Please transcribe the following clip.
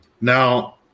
Now